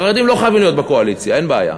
החרדים לא חייבים להיות בקואליציה, אין בעיה.